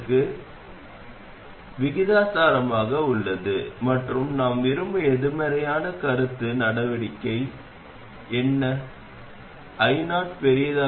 இப்போது ஆரம்ப விவாதத்தில் அந்த வரைபடத்தை உருவாக்க நான் RS ஐ விட்டுவிடுகிறேன்